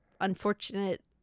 unfortunate